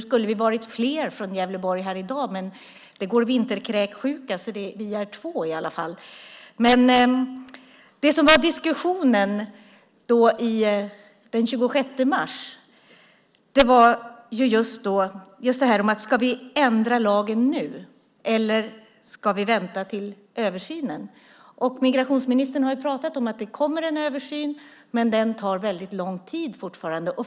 Vi skulle ha varit fler från Gävleborg här i dag, men det går vinterkräksjuka. Vi är två i alla fall. Det som var diskussionen den 26 mars var om vi ska ändra lagen nu eller vänta till översynen. Migrationsministern har pratat om att det kommer en översyn, men den tar väldigt lång tid fortfarande.